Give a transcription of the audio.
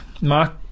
Mark